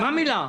מה מילה?